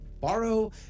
borrow